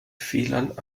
fehlern